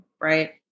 Right